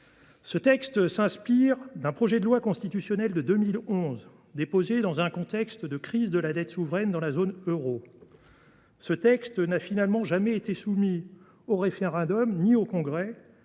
Ce texte s’inspire d’un projet de loi constitutionnelle, déposé en 2011 dans un contexte de crise de la dette souveraine dans la zone euro, qui n’a finalement jamais été soumis au référendum ni au Congrès.